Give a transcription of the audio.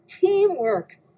teamwork